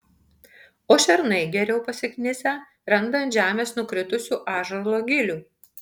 o šernai geriau pasiknisę randa ant žemės nukritusių ąžuolo gilių